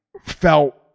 felt